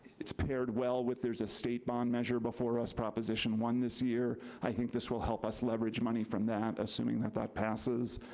it's paired well with, there's a state bond measure before us, proposition one this year, i think this will help us leverage money from that, assuming that that passes.